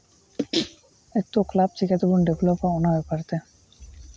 ᱮᱠᱛᱚ club ᱪᱮᱠᱟᱛᱮᱵᱚᱱ ᱰᱮᱵᱷᱞᱚᱯᱟ ᱚᱱᱟ ᱵᱮᱯᱟᱨ ᱛᱮ